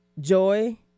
Joy